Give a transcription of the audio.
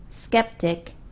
skeptic